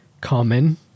common